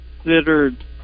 considered